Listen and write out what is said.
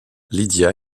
lydia